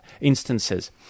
instances